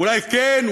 אולי כן?